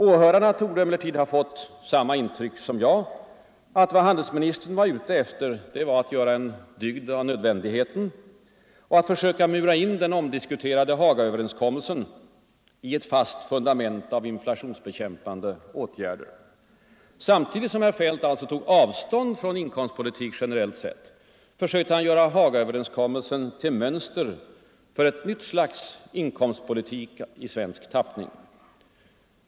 Åhörarna torde emellertid ha fått samma intryck som jag, att vad handelsministern var ute efter var att göra en dygd av nödvändigheten och söka mura in den omdiskuterade Hagaöverenskommelsen i ett fast fundament av inflationsbekämpande åtgärder. Samtidigt som herr Feldt alltså tog avstånd från inkomstpolitik generellt sett sökte han göra Hagaöverenskommelsen till mönster för ett nytt slags inkomstpolitik av svensk tappning.